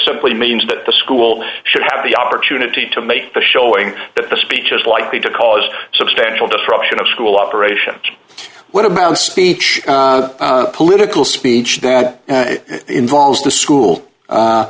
simply means that the school should have the opportunity to make the showing that the speech is likely to cause substantial disruption of school operations what about speech political speech then involves the school